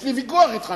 יש לי ויכוח אתך.